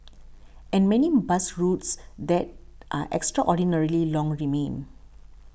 and many bus routes that are extraordinarily long remain